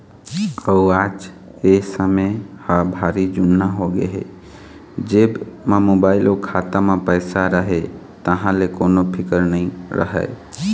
अउ आज ए समे ह भारी जुन्ना होगे हे जेब म मोबाईल अउ खाता म पइसा रहें तहाँ ले कोनो फिकर नइ रहय